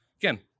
Again